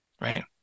right